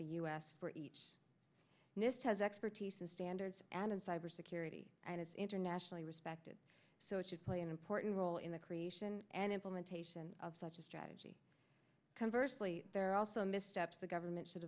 the u s for each nist has expertise and standards and cybersecurity and it's internationally respected so it should play an important role in the creation and implementation of such a strategy conversely there are also missteps the government should